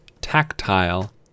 Tactile